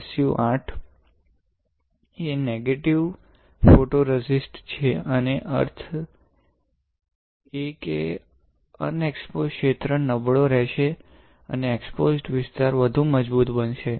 SU 8 X એ negative photoresist છે એનો અર્થ એ કે અનએક્સપોસડ ક્ષેત્ર નબળો રહેશે અને એક્સ્પોસ્ડ વિસ્તાર વધુ મજબૂત બનશે